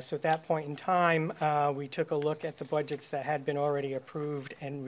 so at that point in time we took a look at the budgets that had been already approved and